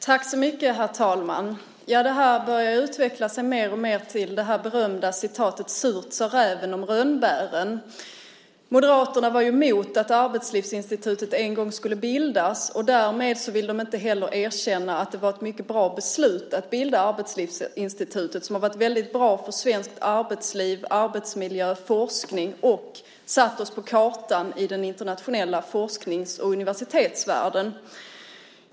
Herr talman! Det här börjar mer och mer påminna om det berömda talesättet surt sa räven om rönnbären. Moderaterna var ju emot att Arbetslivsinstitutet en gång skulle bildas. Därmed vill de inte heller erkänna att det var ett mycket bra beslut att bilda Arbetslivsinstitutet, som har varit väldigt bra för arbetslivet, arbetsmiljön och forskningen i Sverige och satt oss på kartan i den internationella forsknings och universitetsvärlden.